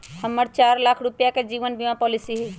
हम्मर चार लाख रुपीया के जीवन बीमा पॉलिसी हई